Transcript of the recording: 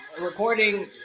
Recording